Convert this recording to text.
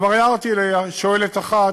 כבר הערתי לשואלת אחת,